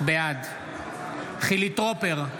בעד חילי טרופר,